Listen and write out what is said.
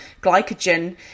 glycogen